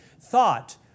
thought